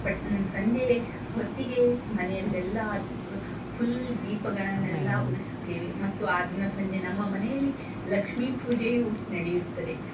ಪಟ್ ಸಂಜೆ ಹೊತ್ತಿಗೆ ಮನೆಯಲ್ಲೆಲ್ಲ ಫುಲ್ ದೀಪಗಳನ್ನೆಲ್ಲ ಉರಿಸುತ್ತೇವೆ ಮತ್ತು ಆ ದಿನ ಸಂಜೆ ನಮ್ಮ ಮನೆಯಲ್ಲಿ ಲಕ್ಷ್ಮೀ ಪೂಜೆಯೂ ನಡೆಯುತ್ತದೆ